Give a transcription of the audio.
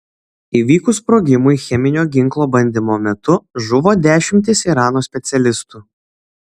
įvykus sprogimui cheminio ginklo bandymo metu žuvo dešimtys irano specialistų